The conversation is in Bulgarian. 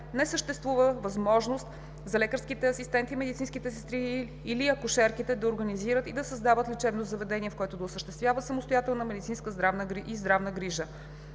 не съществува възможност за лекарските асистенти, медицинските сестри или акушерките да организират и да създават лечебно заведение, в което да осъществяват самостоятелно медицински и здравни грижи.